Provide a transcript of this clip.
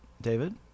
David